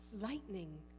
Lightning